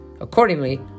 Accordingly